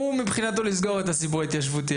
הוא מבחינתו לסגור את הסיפור ההתיישבותי,